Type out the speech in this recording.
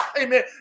Amen